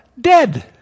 dead